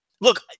Look